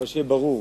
אבל שיהיה ברור,